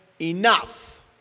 enough